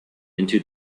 into